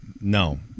no